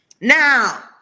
now